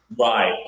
Right